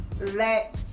let